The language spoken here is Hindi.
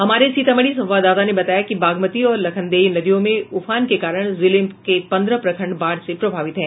हमारे सीतामढ़ी संवाददाता ने बताया कि बागमती और लखनदेई नदियों में उफान के कारण जिले के पंद्रह प्रखंड बाढ़ से प्रभावित हैं